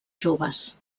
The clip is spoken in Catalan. joves